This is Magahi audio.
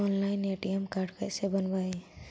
ऑनलाइन ए.टी.एम कार्ड कैसे बनाई?